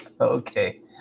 okay